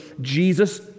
Jesus